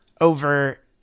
over